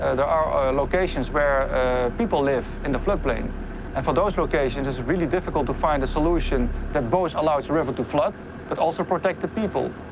are are locations where people live in the floodplain. and for those locations, it's really difficult to find a solution that both allows the river to flood but also protect the people.